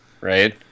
right